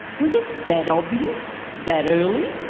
was it that obvious that early?